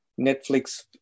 Netflix